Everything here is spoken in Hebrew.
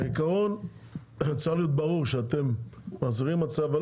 בעיקרון צריך להיות ברור שאתם מחזירים מצב.